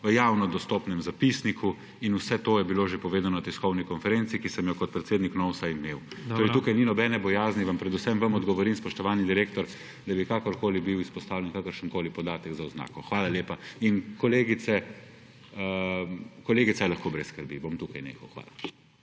v javno dostopnem zapisniku in vse to je bilo že povedano na tiskovni konferenci, ki sem jo kot predsednik KNOVS-a imel. Tukaj ni nobene bojazni. Vam predvsem vam odgovorim spoštovani direktor, da bi kakorkoli bil izpostavljen kakršenkoli podatek za oznako. Hvala lepa. Kolegica je lahko brez skrbi. Bom tukaj nehal. Hvala.